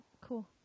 Cool